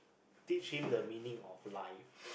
teach him the meaning of life